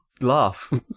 laugh